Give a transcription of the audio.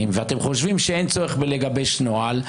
ואתם חושבים שאין צורך בגיבוש נוהל,